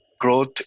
growth